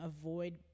avoid